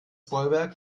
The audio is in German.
bollwerk